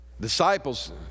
Disciples